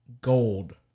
gold